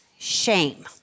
Shame